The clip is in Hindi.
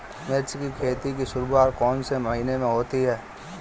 मिर्च की खेती की शुरूआत कौन से महीने में होती है?